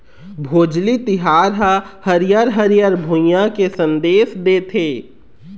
भोजली तिहार ह हरियर हरियर भुइंया के संदेस देथे